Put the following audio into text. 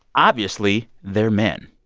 obviously, they're men.